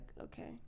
okay